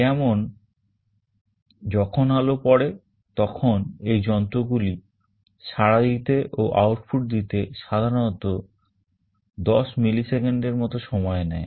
যেমন যখন আলো পড়ে তখন এই যন্ত্রগুলি সাড়া দিতে ও আউটপুট দিতে সাধারণত 10 মিলি সেকেন্ডের মত সময় নেয়